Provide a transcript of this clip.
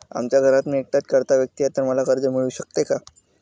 आमच्या घरात मी एकटाच कर्ता व्यक्ती आहे, तर मला कर्ज मिळू शकते का?